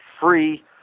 free